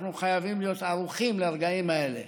אנחנו חייבים להיות ערוכים לרגעים האלה.